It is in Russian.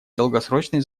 долгосрочной